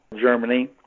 Germany